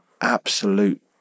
absolute